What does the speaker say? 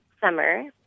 Summer